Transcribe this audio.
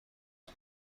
توی